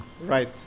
Right